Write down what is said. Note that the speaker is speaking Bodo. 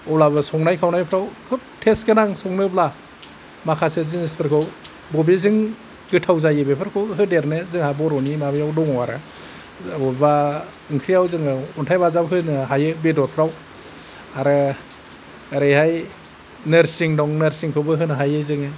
अब्लाबो संनाय खावनायफ्राव खुब थेस्ट गोनां संनोब्ला माखासे जिनिसफोरखौ अबेजों गोथाव जायो बेफोरखौ होदेरनो जोंहा बर'नि माबायाव दं आरो अबेबा ओंख्रि आव जोंयो अन्थाइ बाजाब होनो हायो बेदरफ्राव आरो ओरैहाय नोरसिं दं नोरसिंखौबो होनो हायो जोङो